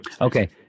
Okay